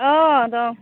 औ दं